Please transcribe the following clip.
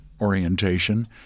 orientation